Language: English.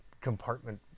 compartment